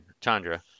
chandra